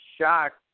shocked